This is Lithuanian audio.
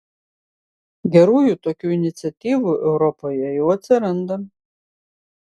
gerųjų tokių iniciatyvų europoje jau atsiranda